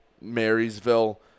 Marysville